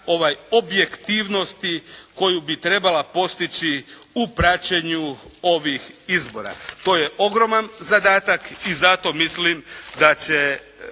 prema objektivnosti koju bi trebala postići u praćenju ovih izbora. To je ogroman zadatak i zato mislim da će